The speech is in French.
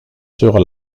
sur